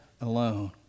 alone